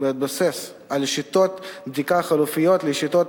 בהתבסס על שיטות בדיקה חלופיות לשיטות